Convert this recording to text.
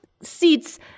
seats